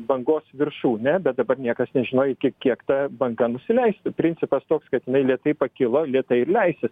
bangos viršūnę bet dabar niekas nežino iki kiek ta banga nusileistų principas toks kad jinai lėtai pakilo lėtai ir leisis